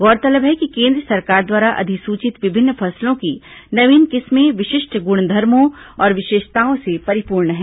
गौरतलब है कि केन्द्र सरकार द्वारा अधिसूचित विभिन्न फसलों की नवीन किस्में विशिष्ट गुणधर्मों और विशेषताओं से परिपूर्ण है